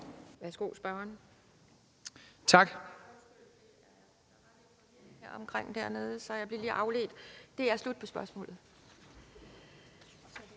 Værsgo, spørgeren. Kl.